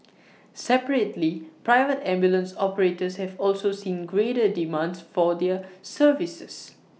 separately private ambulance operators have also seen greater demands for their services